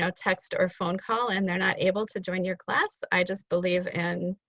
so text or phone call and they're not able to join your class. i just believe in,